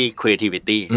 creativity